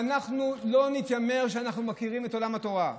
ואנחנו לא נתיימר שאנחנו מכירים את עולם התורה.